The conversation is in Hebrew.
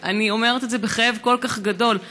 ואני אומרת את זה בכאב כל כך גדול.